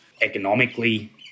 economically